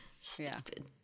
stupid